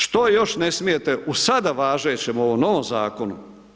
Što još ne smijete u sada važećem ovom novom zakonu?